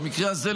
במקרה הזה,